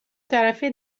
طرفه